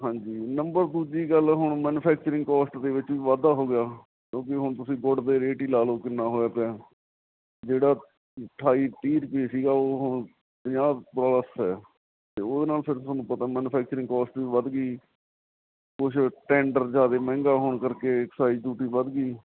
ਹਾਂਜੀ ਨੰਬਰ ਦੂਜੀ ਗੱਲ ਹੁਣ ਮਨੂਫੈਕਚਰਿੰਗ ਕੋਸਟ ਦੇ ਵਿੱਚ ਵੀ ਵਾਧਾ ਹੋ ਗਿਆ ਕਿਉਂਕਿ ਹੁਣ ਤੁਸੀਂ ਗੁੜ ਦੇ ਰੇਟ ਹੀ ਲਾ ਲਓ ਕਿੰਨਾ ਹੋਇਆ ਪਿਆ ਜਿਹੜਾ ਅਠਾਈ ਤੀਹ ਰੁਪਏ ਸੀਗਾ ਉਹ ਹੁਣ ਪੰਜਾਹ ਪਲੱਸ ਹੈ ਅਤੇ ਉਹਦੇ ਨਾਲ ਫਿਰ ਤੁਹਾਨੂੰ ਪਤਾ ਮਨੂਫੈਕਚਰਿੰਗ ਕੋਸਟ ਵੀ ਵੱਧ ਗਈ ਕੁਛ ਟੈਂਡਰ ਜ਼ਿਆਦਾ ਮਹਿੰਗਾ ਹੋਣ ਕਰਕੇ ਐਕਸਾਈਜ਼ ਡਿਊਟੀ ਵੱਧ ਗਈ